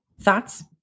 thoughts